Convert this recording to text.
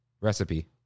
recipe